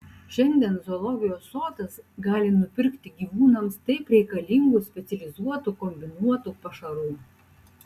šiandien zoologijos sodas gali nupirkti gyvūnams taip reikalingų specializuotų kombinuotų pašarų